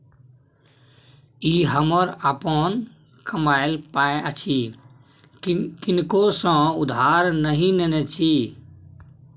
ई हमर अपन कमायल पाय अछि किनको सँ उधार नहि नेने छी